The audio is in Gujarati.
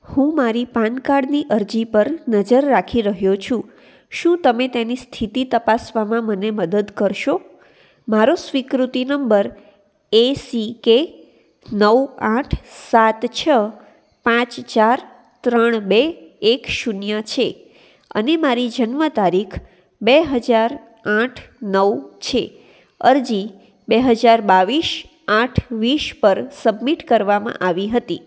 હું મારી પાન કાર્ડની અરજી પર નજર રાખી રહ્યો છું શું તમે તેની સ્થિતિ તપાસવામાં મને મદદ કરશો મારો સ્વીકૃતિ નંબર એસીકે નવ આઠ સાત છ પાંચ ચાર ત્રણ બે એક શૂન્ય છે અને મારી જન્મ તારીખ બે હજાર આઠ નવ છે અરજી બે હજાર બાવીસ આઠ વીસ પર સબમીટ કરવામાં આવી હતી